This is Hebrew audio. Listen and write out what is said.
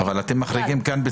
מחריגים.